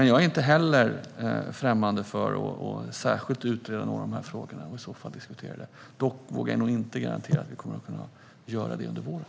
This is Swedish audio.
Jag är inte heller främmande för att särskilt utreda några av dessa frågor. Dock kan jag inte garantera att vi kommer att kunna göra det under våren.